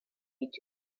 age